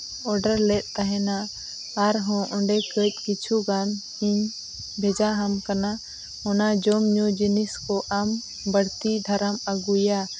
order ᱞᱮᱫ ᱛᱟᱦᱮᱱᱟ ᱟᱨᱦᱚᱸ ᱚᱸᱰᱮ ᱠᱟᱹᱡ ᱠᱤᱪᱷᱩᱜᱟᱱ ᱤᱧ ᱵᱷᱮᱡᱟ ᱦᱟᱢ ᱠᱟᱱᱟ ᱚᱱᱟ ᱡᱚᱢᱼᱧᱩ ᱡᱤᱱᱤᱥ ᱠᱚ ᱟᱢ ᱵᱟᱹᱲᱛᱤ ᱫᱷᱟᱨᱟᱢ ᱟᱹᱜᱩᱭᱟ